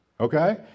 Okay